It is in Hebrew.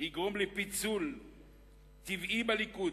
יגרום לפיצול טבעי בליכוד,